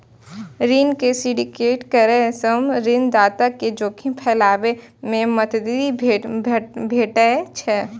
ऋण के सिंडिकेट करै सं ऋणदाता कें जोखिम फैलाबै मे मदति भेटै छै